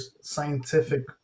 scientific